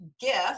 gift